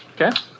Okay